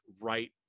right